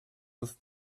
with